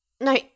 No